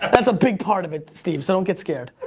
um that's a big part of it, steve. so don't get scared.